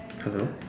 hello